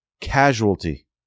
casualty